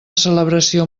celebració